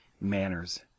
manners